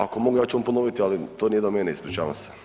Ako mogu ja ću vam ponoviti, ali to nije do mene, ispričavam se.